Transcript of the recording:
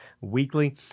weekly